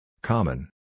Common